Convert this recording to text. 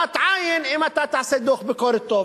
העלמת עין אם אתה תעשה דוח ביקורת טוב.